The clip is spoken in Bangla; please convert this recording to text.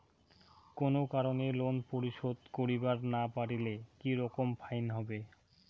কোনো কারণে লোন পরিশোধ করিবার না পারিলে কি রকম ফাইন হবে?